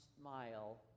smile